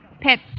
Pet